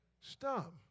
Stop